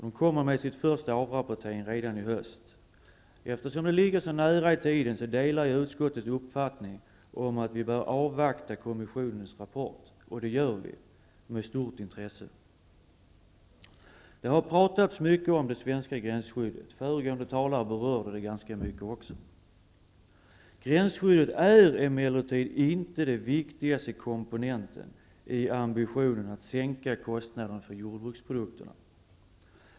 Den kommer med sin första avrapportering redan i höst. Eftersom detta ligger så nära i tiden delar jag utskottets uppfattning att vi bör avvakta kommissionens rapport. Och det gör vi, med stort intresse. Det har talats mycket om det svenska gränsskyddet. Även föregående talare berörde det ganska mycket. Gränsskyddet är emellertid inte den viktigaste komponenten i ambitionen att sänka kostnaderna för jordbruksprodukterna.